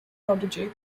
prodigy